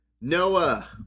Noah